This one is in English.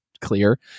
clear